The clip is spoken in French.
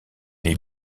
les